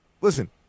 listen